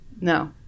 No